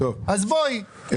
אז בואי,